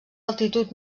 altitud